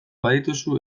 badituzu